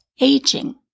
aging